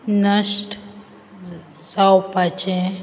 नश्ट जावपाचें